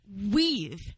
weave